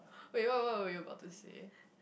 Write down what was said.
wait what what were you about to say